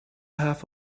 half